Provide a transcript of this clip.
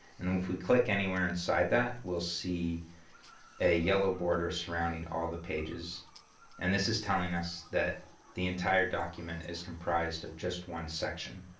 and and if we click anywhere inside that, you'll see a yellow border surrounding all the pages and this is telling us that the entire document is comprised of just one section.